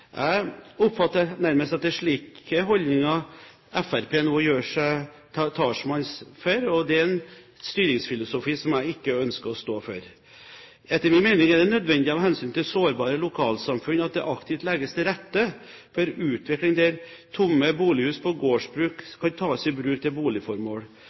Jeg oppfatter nærmest at det er slike holdninger Fremskrittspartiet nå gjør seg til talsmann for, og det er en styringsfilosofi som jeg ikke ønsker å stå for. Etter min mening er det nødvendig av hensyn til sårbare lokalsamfunn at det aktivt legges til rette for utvikling der tomme bolighus på gårdsbruk kan tas i bruk til boligformål.